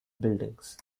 buildings